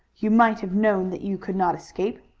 you might have known that you could not escape.